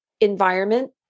environment